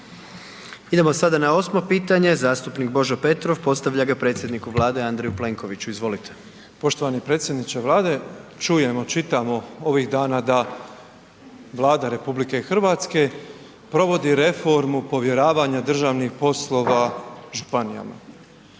Idemo sada na 8. pitanje, zastupnik Božo Petrov postavlja ga predsjedniku Vlade Andreju Plenkoviću. Izvolite. **Petrov, Božo (MOST)** Poštovani predsjedniče Vlade. Čujemo, čitamo ovih dana da Vlada RH provodi reformu povjeravanja državnih poslova županijama.